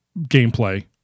gameplay